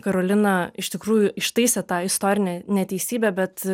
karolina iš tikrųjų ištaisė tą istorinę neteisybę bet